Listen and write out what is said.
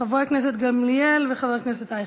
חברת הכנסת גמליאל וחבר הכנסת אייכלר.